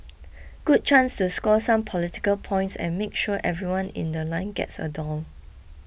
good chance to score some political points and make sure everyone in The Line gets the doll